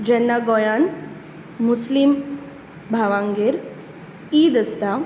जेन्ना गोयांत मुस्लीम भावांगेर ईद आसता